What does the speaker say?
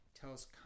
tells